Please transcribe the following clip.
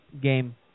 game